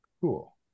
Cool